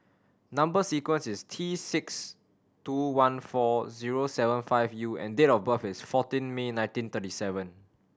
number sequence is T six two one four zero seven five U and date of birth is fourteen May nineteen thirty seven